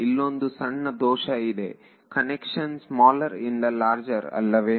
ಇಲ್ಲೊಂದು ಸಣ್ಣ ದೋಷ ಇದೆ ಕನ್ವೆನ್ಷನ್ ಸ್ಮಾಲರ್ ಇಂದ ಲಾರ್ಜರ್ ಅಲ್ಲವೇ